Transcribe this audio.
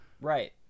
right